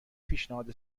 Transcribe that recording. پیشنهاد